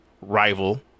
rival